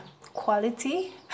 quality